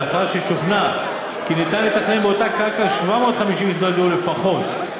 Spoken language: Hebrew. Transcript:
לאחר ששוכנע כי ניתן לתחם באותה קרקע 750 יחידות דיור לפחות,